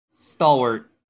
stalwart